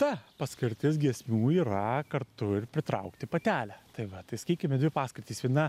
ta paskirtis giesmių yra kartu ir pritraukti patelę tai va tai sakykime dvi paskirtys viena